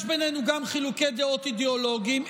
יש בינינו גם חילוקי דעות אידיאולוגיים.